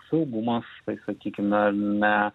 saugumas taip sakykim na ne